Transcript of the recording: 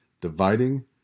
dividing